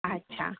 अच्छा